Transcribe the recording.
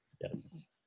Yes